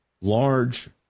large